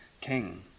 King